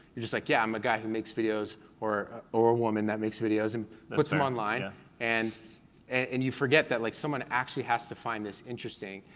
you're just like, yeah, i'm a guy who makes videos or a woman that makes videos and puts em online ah and and you forget that like someone actually has to find this interesting.